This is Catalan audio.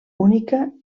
única